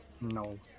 No